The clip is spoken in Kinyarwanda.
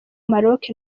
maroc